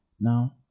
Now